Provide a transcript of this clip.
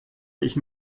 ich